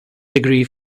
degree